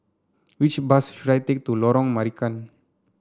which bus should I take to Lorong Marican